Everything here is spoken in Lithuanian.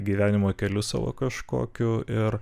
gyvenimo keliu savo kažkokiu ir